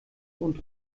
und